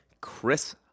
Chris